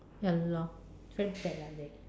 ya lor very bad lah they